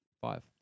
Five